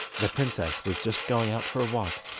the princess was just going out for a walk,